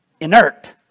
Inert